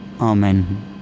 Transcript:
Amen